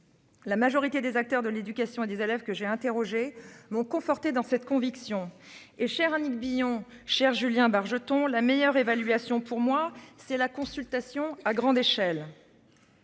La majorité des acteurs de l'éducation et des élèves que j'ai interrogé m'ont conforté dans cette conviction est cher Annick Billon cherche Julien Bargeton la meilleure évaluation pour moi c'est la consultation à grande échelle.